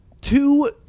two